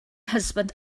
husband